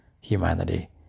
humanity